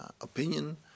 opinion